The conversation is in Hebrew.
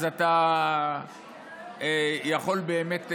אז אתה יכול באמת להיות,